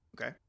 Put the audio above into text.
Okay